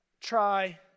Try